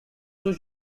two